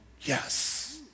Yes